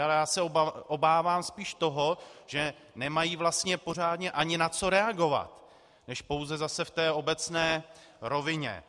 Ale já se obávám spíš toho, že nemají vlastně pořádně ani na co reagovat než pouze zase v té obecné rovině.